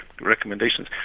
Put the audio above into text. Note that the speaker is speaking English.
recommendations